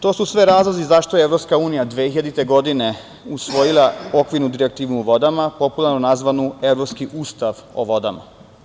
Sve su to razlozi zašto je EU 2000. godine usvojila Okvirnu direktivu o vodama, popularno nazvanu "Evropski ustav o vodama"